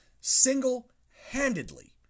single-handedly